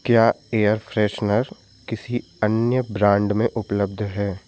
क्या air freshener किसी अन्य ब्रांड में उपलब्ध है